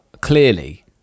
clearly